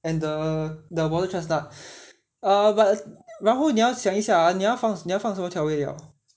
and the the water chestnut ah but 然后你要想一想 ah 你要放你要放什么调味料